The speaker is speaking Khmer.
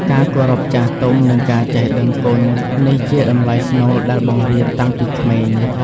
ការគោរពចាស់ទុំ និងការចេះដឹងគុណ នេះជាតម្លៃស្នូលដែលបង្រៀនតាំងពីក្មេង។